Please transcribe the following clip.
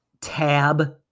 tab